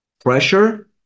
pressure